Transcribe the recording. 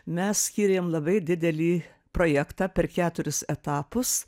mes skyrėm labai didelį projektą per keturis etapus